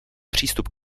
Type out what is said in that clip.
přístup